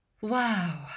Wow